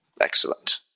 Excellent